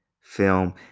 film